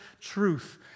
truth